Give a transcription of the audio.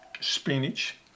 Spinach